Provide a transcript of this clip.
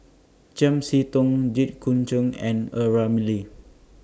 Chiam See Tong Jit Koon Ch'ng and A Ramli